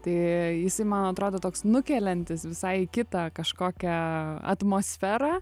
tai jisai man atrodo toks nukeliantis į visai kitą kažkokią atmosferą